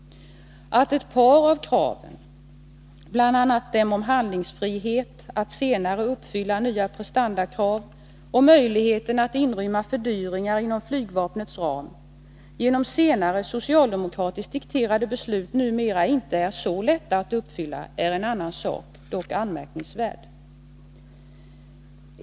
Att ett par av kraven, bl.a. det om handlingsfrihet att senare uppfylla nya prestandakrav och möjligheten att inrymma fördyringar inom flygvapnets ram, genom senare socialdemokratiskt dikterade beslut numera inte är så lätta att uppfylla är en annan sak, dock anmärkningsvärd.